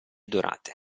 dorate